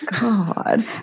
God